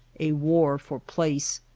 a war for place,